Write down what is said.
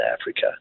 Africa